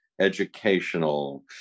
educational